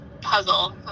puzzle